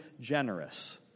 generous